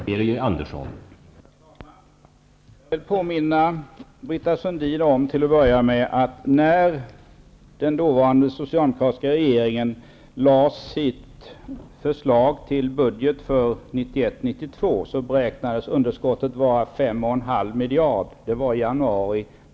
Herr talman! Jag vill till en början påminna Britta Sundin om att när den dåvarande socialdemokratiska regeringen lade fram sitt förslag till budget för budgetåret 1991/92 miljarder kronor.